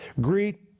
Greet